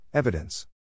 Evidence